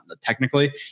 technically